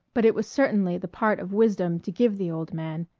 but it was certainly the part of wisdom to give the old man,